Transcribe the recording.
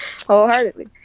wholeheartedly